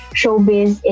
showbiz